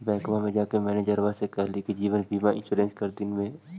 बैंकवा मे जाके मैनेजरवा के कहलिऐ कि जिवनबिमा इंश्योरेंस कर दिन ने?